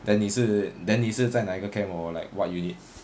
then 你是 then 你是在哪一个 camp or like what unit